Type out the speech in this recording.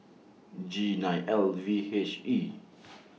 G nine L V H E